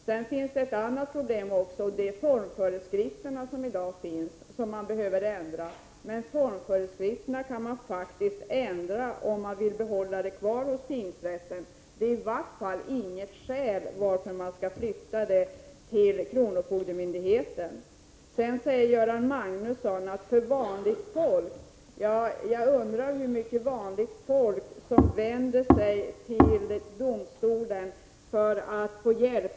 Det finns även ett annat problem, nämligen de formföreskrifter som i dag finns och som behöver ändras. Men formföreskrifterna kan faktiskt förändras om de skall behållas kvar hos tingrätterna. Det är i vart fall inget skäl till att de skall flyttas till kronofogdemyndigheten. Vidare nämnde Göran Magnusson vanligt folk. Jag undrar hur mycket ”vanlig folk” som vänder sig till domstolen för att få hjälp.